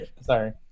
sorry